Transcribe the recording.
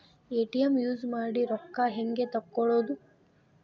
ATM use ಮಾಡಿ ರೊಕ್ಕ ಹೆಂಗೆ ತಕ್ಕೊಳೋದು?